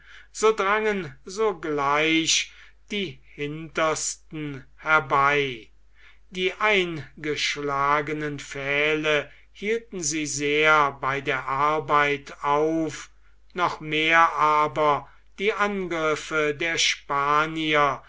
so drangen sogleich die hintersten herbei die eingeschlagenen pfähle hielten sie sehr bei der arbeit auf noch mehr aber die angriffe der spanier